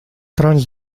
trons